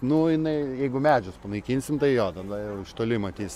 nu jinai jeigu medžius panaikinsim tai jo tada jau iš toli matys